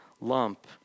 lump